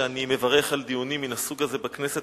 ואני מברך על דיונים מן הסוג הזה בכנסת,